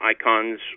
icons